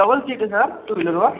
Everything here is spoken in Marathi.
डबल सीट आहे सर टू व्हीलरवर